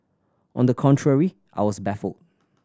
on the contrary I was baffled